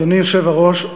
אדוני היושב-ראש,